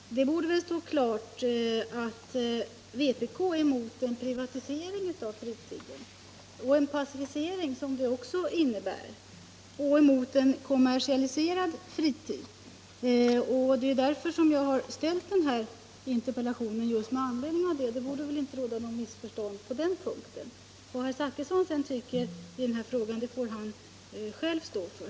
Herr talman! Det borde väl stå klart att vpk är emot en privatisering av fritiden och en passivisering, som privatiseringen också innebär. Vi är även emot en kommersialiserad fritid. Det är därför jag har framställt interpellationen. Det borde inte råda något missförstånd på den punkten. Vad herr Zachrisson sedan tycker i den här frågan får han själv stå för.